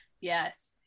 yes